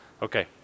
Okay